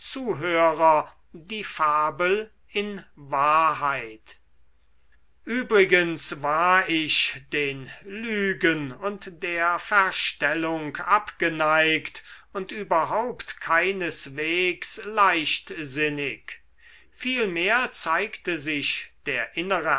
zuhörer die fabel in wahrheit übrigens war ich den lügen und der verstellung abgeneigt und überhaupt keineswegs leichtsinnig vielmehr zeigte sich der innere